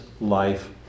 life